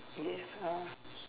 yes uh